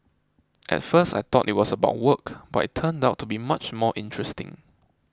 at first I thought it was about work but it turned out to be much more interesting